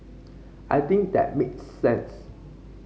I think that makes sense